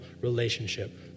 relationship